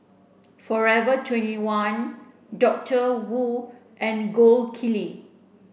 forever twenty one Doctor Wu and Gold Kili